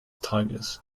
tigers